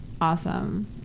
awesome